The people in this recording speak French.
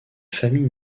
famille